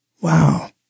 Wow